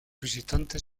visitantes